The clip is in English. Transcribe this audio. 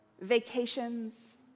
vacations